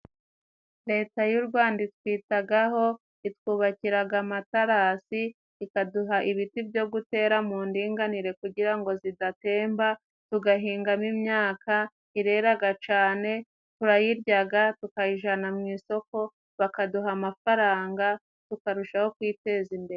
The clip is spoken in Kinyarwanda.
Leta y'u Rwanda itwitagaho itwubakiraga amatarasi, ikaduha ibiti byo gutera mu ndinganire kugira ngo zidatemba, tugahingamo imyaka, ireraga cane turayiryaga, tukayijana mu isoko bakaduha amafaranga tukarushaho kwiteza imbere.